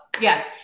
yes